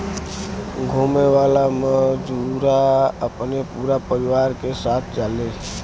घुमे वाला मजूरा अपने पूरा परिवार के साथ जाले